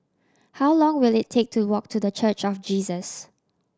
how long will it take to walk to The Church of Jesus